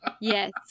Yes